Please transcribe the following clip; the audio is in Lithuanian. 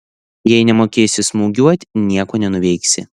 jei nemokėsi smūgiuot nieko nenuveiksi